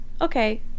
okay